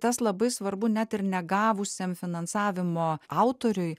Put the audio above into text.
tas labai svarbu net ir negavusiam finansavimo autoriui